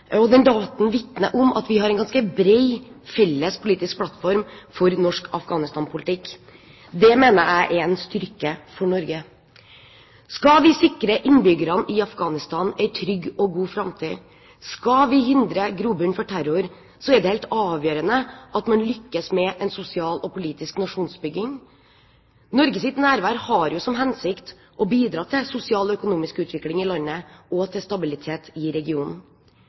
og debatten vitner om at vi har en ganske bred felles politisk plattform for norsk Afghanistan-politikk. Det mener jeg er en styrke for Norge. Skal vi sikre innbyggerne i Afghanistan en trygg og god framtid, skal vi hindre grobunn for terror, er det helt avgjørende at man lykkes med en sosial og politisk nasjonsbygging. Norges nærvær har som hensikt å bidra til sosial og økonomisk utvikling i landet og til stabilitet i regionen.